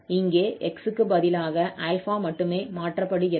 இங்கே 𝑥 க்கு பதிலாக 𝛼 மட்டுமே மாற்றப்படுகிறது